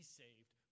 saved